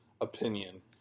opinion